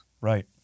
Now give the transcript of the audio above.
Right